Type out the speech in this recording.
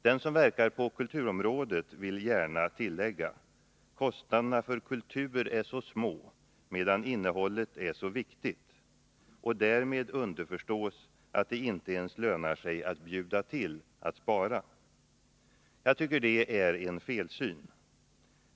Den som verkar på kulturområdet vill gärna tillägga: kostnaderna för kultur är så små medan innehållet är så viktigt. Och därmed underförstås att det inte ens lönar sig att bjuda till att spara. Jag tycker det är en felsyn.